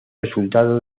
resultado